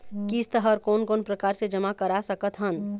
किस्त हर कोन कोन प्रकार से जमा करा सकत हन?